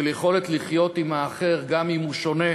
של יכולת לחיות עם האחר גם אם הוא שונה,